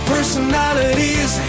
Personalities